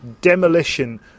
demolition